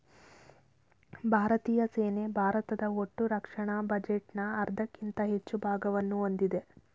ಭಾರತೀಯ ಸೇನೆ ಭಾರತದ ಒಟ್ಟುರಕ್ಷಣಾ ಬಜೆಟ್ನ ಅರ್ಧಕ್ಕಿಂತ ಹೆಚ್ಚು ಭಾಗವನ್ನ ಹೊಂದಿದೆ